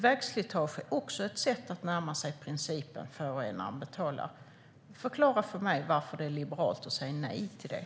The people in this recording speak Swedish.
Vägslitageskatt är också ett sätt att närma sig principen att förorenaren betalar. Förklara för mig varför det är liberalt att säga nej till detta!